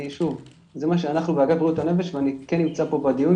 אני כן נמצא כאן בדיון,